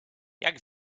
jak